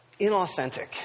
inauthentic